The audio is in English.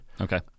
okay